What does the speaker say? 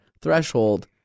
threshold